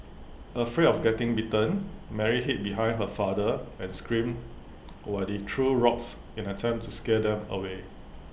afraid of getting bitten Mary hid behind her father and screamed while he threw rocks in an attempt to scare them away